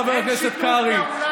חבר הכנסת קרעי,